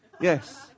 Yes